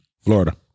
Florida